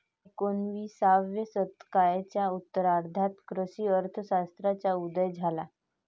एकोणिसाव्या शतकाच्या उत्तरार्धात कृषी अर्थ शास्त्राचा उदय झाला